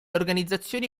organizzazioni